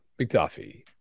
McDuffie